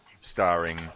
starring